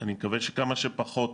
אני מקווה כמה שפחות.